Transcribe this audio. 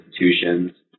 institutions